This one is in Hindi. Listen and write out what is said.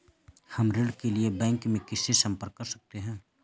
हम ऋण के लिए बैंक में किससे संपर्क कर सकते हैं?